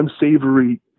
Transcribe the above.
unsavory